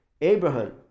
Abraham